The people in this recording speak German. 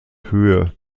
höhe